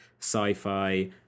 sci-fi